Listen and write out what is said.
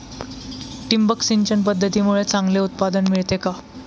ठिबक सिंचन पद्धतीमुळे चांगले उत्पादन मिळते का?